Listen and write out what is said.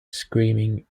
screaming